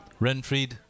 Renfried